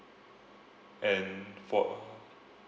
and for